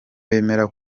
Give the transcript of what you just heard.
bemera